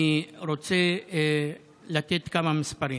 אני רוצה לתת כמה מספרים: